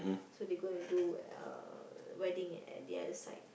so they going to do uh wedding at the other side